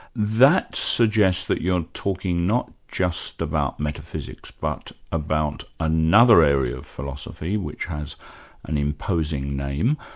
that suggests that you're talking not just about metaphysics but about another area of philosophy which has an imposing name,